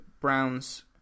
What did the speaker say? Browns